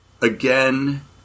again